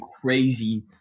crazy